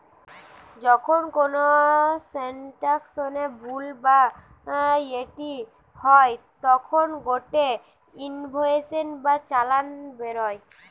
যখন কোনো ট্রান্সাকশনে ভুল বা ত্রুটি হই তখন গটে ইনভয়েস বা চালান বেরোয়